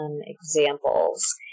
examples